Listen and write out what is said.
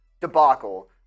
debacle